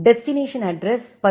destination address 10